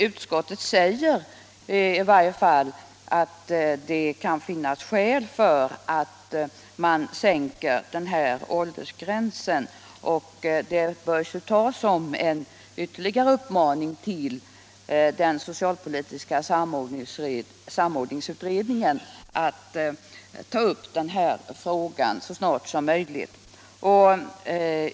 Utskottet anför att det kan finnas skäl till att sänka den här åldersgränsen, och det bör tas som en ytterligare uppmaning till den socialpolitiska samordningsutredningen att ta upp den här frågan så snart som möjligt.